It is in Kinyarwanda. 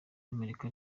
amerika